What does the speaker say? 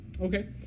Okay